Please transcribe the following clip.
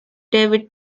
david